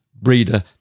breeder